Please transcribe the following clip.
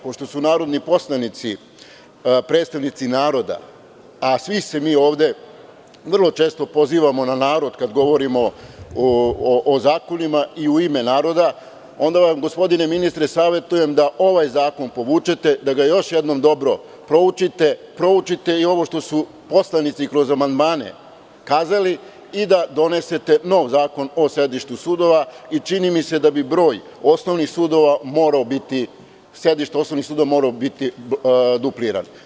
Pošto su narodni poslanici, predstavnici naroda, a svi se mi ovde vrlo često pozivamo na narod kada govorimo o zakonima i u ime naroda onda vam gospodine ministre, savetujem da ovaj zakon povučete, da ga još jednom dobro proučite i ovo što su poslanici kroz amandmane kazali i da donesete nov zakon o sedištu sudova i čini mi se da bi broj sedišta osnovnih sudova morao biti dupliran.